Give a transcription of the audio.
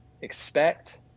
expect